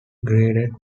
graded